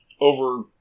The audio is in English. over